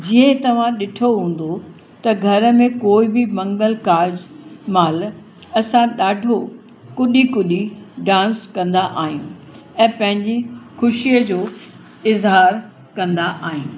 जीअं तव्हां ॾिठो हूंदो त घर में कोई बि मंगल कार्ज महिल असां ॾाढो कुॾी कुॾी डांस कंदा आहियूं ऐं पंहिंजी ख़ुशीअ जो इज़हार कंदा आहियूं